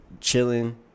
Chilling